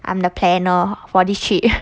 I'm the planner for this trip